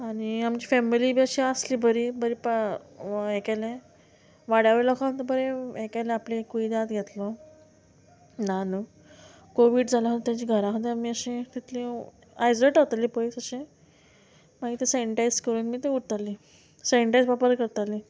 आनी आमची फॅमिली बी अशी आसली बरी बरी पा हें केलें वाड्या वेलो लोकांक बरें हें केलें आपलें कुयदाद घेतलो ना न्हू कोवीड जालो तेंच्या घरा खातीर आमी अशीं तितली आयजोलेट रावतालीं पयस अशें मागीर तें सेनिटायज करून बी तें उरतालीं सेनिटायज वापर करतालीं